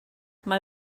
mae